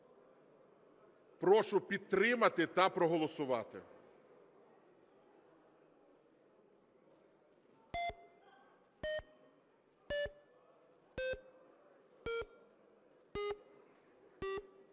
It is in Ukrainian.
Прошу підтримати та проголосувати.